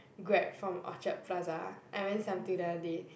grab from Orchard Plaza I went Siam Diu the other day